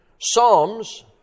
Psalms